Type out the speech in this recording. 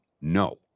no